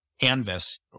canvas